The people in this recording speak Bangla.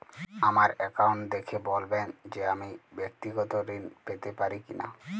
আমার অ্যাকাউন্ট দেখে বলবেন যে আমি ব্যাক্তিগত ঋণ পেতে পারি কি না?